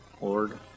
Lord